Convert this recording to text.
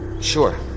Sure